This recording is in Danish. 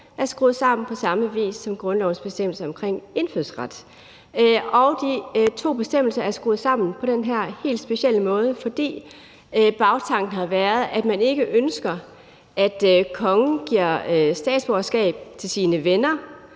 er skruet sammen på samme vis som grundlovens bestemmelse omkring indfødsret. Og de to bestemmelser er skruet sammen på den her helt specielle måde, fordi bagtanken har været, at man ikke ønsker, at kongen giver statsborgerskab til sine venner